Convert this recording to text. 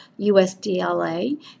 USDLA